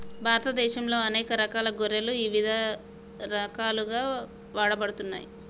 భారతదేశంలో అనేక రకాల గొర్రెలు ఇవిధ రకాలుగా వాడబడుతున్నాయి